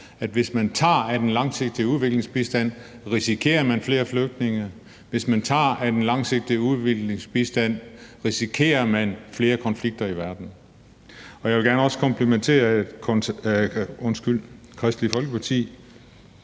er. Hvis man tager af den langsigtede udviklingsbistand, risikerer man flere flygtninge, og hvis man tager af den langsigtede udviklingsbistand, risikerer man flere konflikter i verden. Jeg vil også gerne komplimentere Kristeligt Folkeparti.